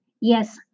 Yes